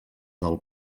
del